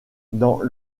dans